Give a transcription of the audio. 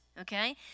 okay